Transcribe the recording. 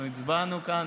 אנחנו הצבענו כאן,